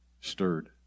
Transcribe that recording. stirred